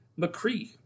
McCree